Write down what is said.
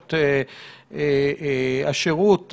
פעולות השירות.